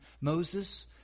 Moses